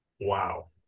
Wow